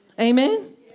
Amen